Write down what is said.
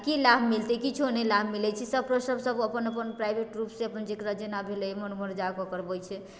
की लाभ मिलतै किछु नहि लाभ मिलैत छै सभ प्रसव सभ अपन अपन प्राइभेट रुपसँ जेकरा जेना भेलै मोन ओ जाकर करवै छै